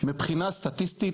מבחינה סטטיסטית,